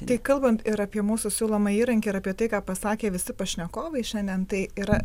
tai kalbant ir apie mūsų siūlomą įrankį ir apie tai ką pasakė visi pašnekovai šiandien tai yra